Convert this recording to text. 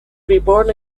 reborn